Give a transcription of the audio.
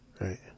Right